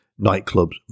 Nightclubs